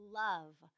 love